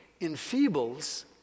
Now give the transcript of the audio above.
enfeebles